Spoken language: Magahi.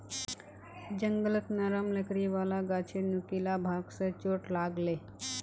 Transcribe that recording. जंगलत नरम लकड़ी वाला गाछेर नुकीला भाग स चोट लाग ले